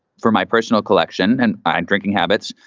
for my personal collection and drinking habits,